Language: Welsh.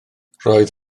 roedd